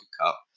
cup